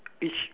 each